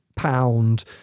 pound